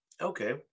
Okay